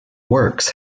works